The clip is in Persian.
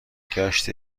گشت